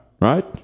Right